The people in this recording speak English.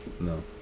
No